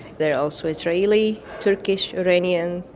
there are also israeli, turkish, iranian,